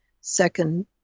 second